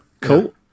cool